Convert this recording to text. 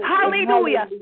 Hallelujah